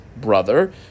brother